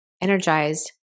energized